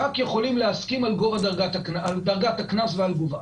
אנחנו יכולים להסכים רק על דרגת הקנס ועל גובהה.